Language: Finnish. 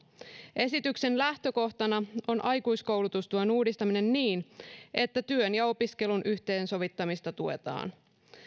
esityksen lähtökohtana on aikuiskoulutustuen uudistaminen niin että työn ja opiskelun yhteensovittamista tuetaan